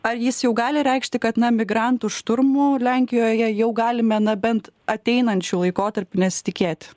ar jis jau gali reikšti kad na migrantų šturmų lenkijoje jau galime nebent ateinančiu laikotarpiu nesitikėt